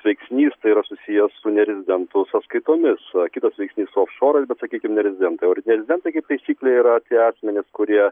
veiksnys tai yra susijęs su nerezidentų sąskaitomis a kitas veiksnys su ofšorais bet sakykim nerezidentai o nerezidentai kaip taisyklė yra tie asmenys kurie